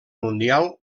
mundial